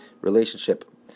relationship